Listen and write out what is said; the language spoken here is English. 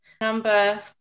number